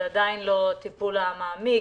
זה עדיין לא הטיפול המעמיק.